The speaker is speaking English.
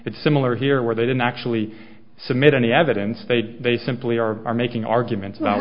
but similar here where they didn't actually submit any evidence they they simply are making arguments about